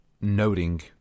noting